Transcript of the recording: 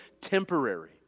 temporary